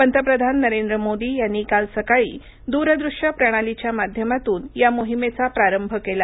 पंतप्रधान नरेंद्र मोदी यांनी काल सकाळी दूरदृश्य प्रणालीच्या माध्यमातून या मोहिमेचा प्रारंभ केला